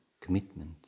commitment